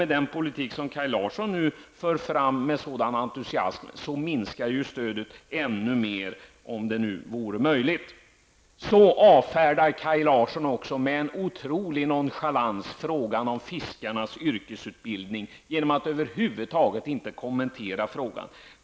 Med den politik som Kaj Larsson nu för fram med en sådan entusiasm minskar ju stödet ännu mer, om det nu är möjligt. Kaj Larsson avfärdar också med en otrolig nonchalans frågan om fiskarnas yrkesutbildning genom att han över huvud taget inte kommenterar den.